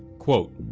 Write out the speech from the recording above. quote,